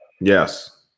Yes